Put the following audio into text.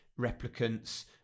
replicants